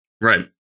Right